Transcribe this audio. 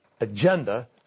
agenda